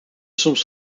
soms